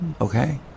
okay